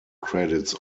credits